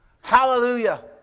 Hallelujah